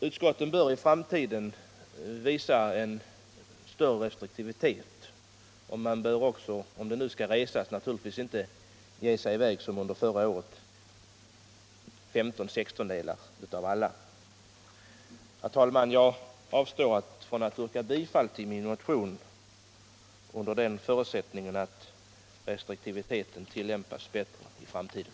Utskotten bör i framtiden visa en större restriktivitet i detta avseende, och om det nu skall resas utomlands bör naturligtvis inte som under förra året 15 av de 16 utskotten ge sig ut på sådana resor. Herr talman! Jag avstår från att yrka bifall till min motion under den förutsättningen att större restriktivitet i detta avseende tillämpas i framtiden.